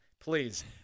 Please